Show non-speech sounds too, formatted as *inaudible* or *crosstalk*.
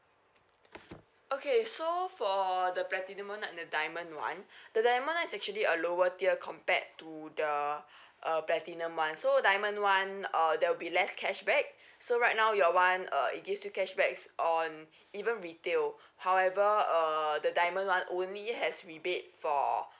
okay so for the platinum [one] and the diamond [one] *breath* the diamond [one] is actually a lower tier compared to the uh platinum [one] so diamond one uh there will be less cashback so right now your one uh it gives you cashbacks on even retail however err the diamond [one] only has rebate for